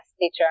teacher